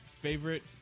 favorite